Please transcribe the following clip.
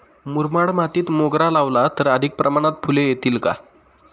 मुरमाड मातीत मोगरा लावला तर अधिक प्रमाणात फूले येतील का?